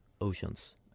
oceans